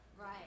Right